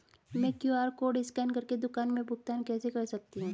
मैं QR code scan कर के दुकान में भुगतान कैसे कर सकती हूँ?